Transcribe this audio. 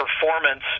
performance